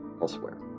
elsewhere